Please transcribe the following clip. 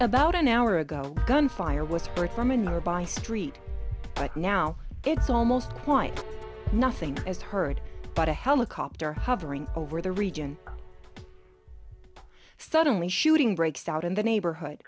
about an hour ago gunfire was heard from a nearby street but now it's almost quite nothing is heard but a helicopter hovering over the region suddenly shooting breaks out in the neighborhood